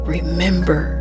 Remember